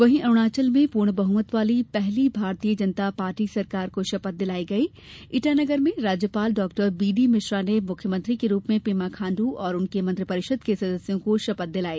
वहीं अरूणाचल में पूर्ण बहुमत वाली पहली भारतीय जनता पार्टी सरकार को शपथ दिलाई गई है इटानगर में राज्यपाल डाक्टर बी डी मिश्रा ने मुख्यमंत्री के रूप में पेमा खांडू और उनके मंत्रिपरिषद के सदस्यों को शपथ दिलाई